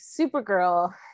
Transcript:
Supergirl